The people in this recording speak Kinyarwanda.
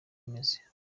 ameze